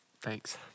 Thanks